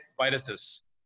viruses